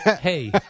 Hey